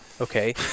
okay